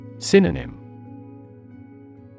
Synonym